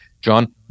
John